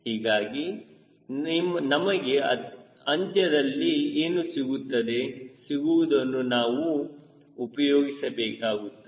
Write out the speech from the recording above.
ಹೀಗಾಗಿ ನಮಗೆ ಅಂತ್ಯದಲ್ಲಿ ಏನು ಸಿಗುತ್ತದೆ ಸಿಗುವುದನ್ನು ನಾವು ಉಪಯೋಗಿಸಬೇಕಾಗುತ್ತದೆ